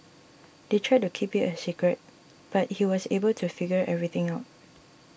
they tried to keep it a secret but he was able to figure everything out